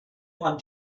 one